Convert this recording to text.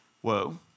Whoa